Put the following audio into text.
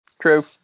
True